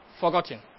forgotten